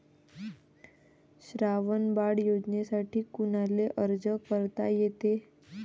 श्रावण बाळ योजनेसाठी कुनाले अर्ज करता येते?